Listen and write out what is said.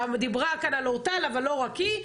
דיברו כאן על אורטל אבל לא רק היא,